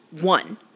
One